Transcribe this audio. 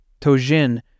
Tojin